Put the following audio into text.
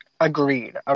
Agreed